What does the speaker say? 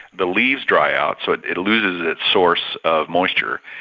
the leaves dry out, so it loses its source of moisture.